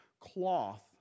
cloth